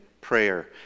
prayer